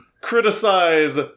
criticize